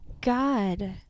God